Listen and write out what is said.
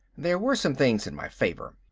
there were some things in my favor.